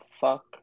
fuck